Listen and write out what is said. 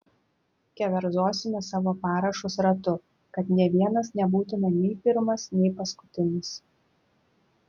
keverzosime savo parašus ratu kad nė vienas nebūtume nei pirmas nei paskutinis